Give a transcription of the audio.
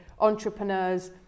entrepreneurs